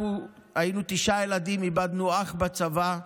אנחנו היינו תשעה ילדים, איבדנו אח בצבא.